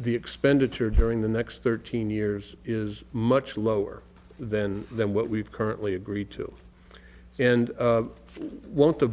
the expenditure during the next thirteen years is much lower than than what we've currently agreed to and won't the